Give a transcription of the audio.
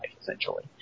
essentially